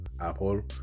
Apple